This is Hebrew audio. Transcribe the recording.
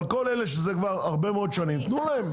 אבל לכל אלה שזה כבר הרבה מאוד שנים תיתנו.